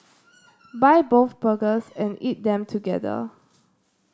buy both burgers and eat them together